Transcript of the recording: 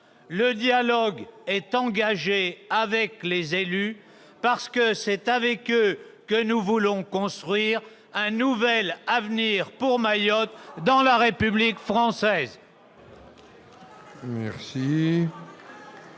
Le dialogue est engagé avec les élus, parce que c'est avec eux que nous voulons construire un nouvel avenir pour Mayotte dans la République française